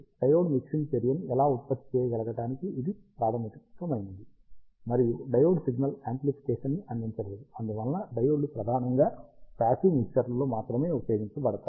diode mixing చర్యను ఎలా ఉత్పత్తి చేయగలగటానికి ఇది ప్రాథమికమైనది మరియు డయోడ్ సిగ్నల్ యాంప్లిఫికేషన్ ని అందించలేదు అందువలన డయోడ్లు ప్రధానంగా పాసివ్ మిక్సర్లలో మాత్రమే ఉపయోగించబడతాయి